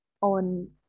on